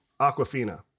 Aquafina